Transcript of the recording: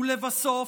ולבסוף,